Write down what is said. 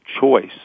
choice